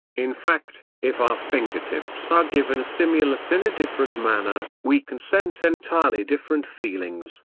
in fact, if our fingertips are given a stimulus in a different manner, we can sense entirely different feelings.